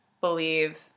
believe